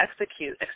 execute